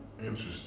interesting